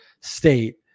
state